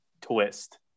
twist